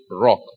rock